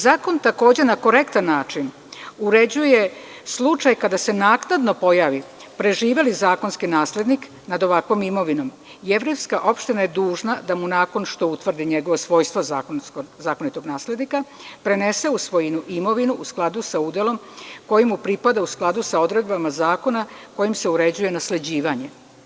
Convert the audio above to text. Zakon takođe na korektan način uređuje slučaj kada se naknadno pojavi preživali zakonski naslednik nad ovakvom imovinom, jevrejska opština je dužna da mu nakon što utvrdi njegova svojstva zakonitog naslednika, prenese u svojinu imovinu u skladu sa udelom koji mu pripada u skladu sa odredbama zakona kojim se uređuje nasleđivanje.